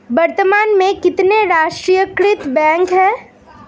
वर्तमान में कितने राष्ट्रीयकृत बैंक है?